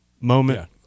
moment